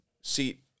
seat